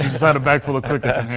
just had a bag full of crickets